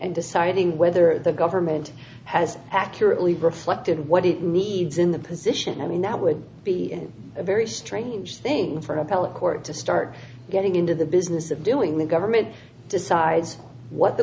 and deciding whether the government has accurately reflected what it needs in the position i mean that would be a very strange thing for an appellate court to start getting into the business of doing the government decides what the